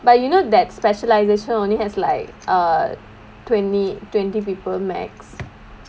but you know that specialisation only has like err twenty twenty people maximum